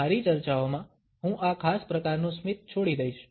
મારી ચર્ચાઓમાં હું આ ખાસ પ્રકારનું સ્મિત છોડી દઇશ